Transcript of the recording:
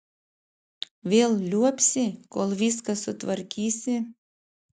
vėl liuobsi kol viską sutvarkysi